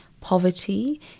Poverty